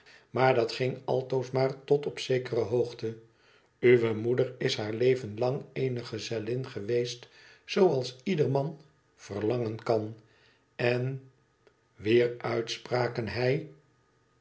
maar dat ging altoos maar tot op zekere hoogte uwe moeder is haar leven lang eene gezellin geweest zooals ieder man verlangen kan en wier uitspraken hij